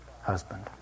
husband